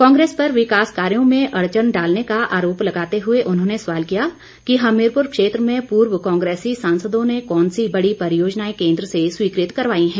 कांग्रेस पर विकास कार्यों में अड़चन डालने का आरोप लगाते हुए उन्होंने सवाल किया कि हमीरपुर क्षेत्र में पूर्व कांग्रेसी सांसदों ने कौन सी बड़ी परियोजनाएं केन्द्र से स्वीकृत करवाई हैं